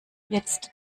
jetzt